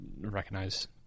recognize